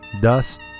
dust